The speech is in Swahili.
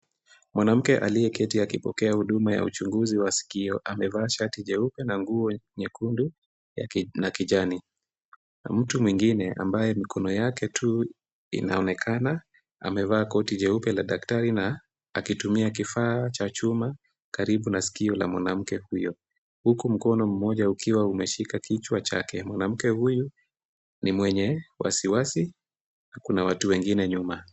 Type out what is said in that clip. Mwanamke aliyeketi akipokea huduma ya uchunguzi wa sikio amevaa shati jeupe na nguo nyekundu na kijani. Mtu mwingine ambaye mkono yake tu inaonekana amevaa koti jeupe la daktari na akitumia kifaa cha chuma karibu na sikio la mwanamke huyo huku mkono moja ukiwa umeshika kichwa chake mwanamke huyu ni mwenye wasiwasi kuna watu wengine nyuma.